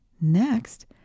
Next